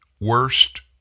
worst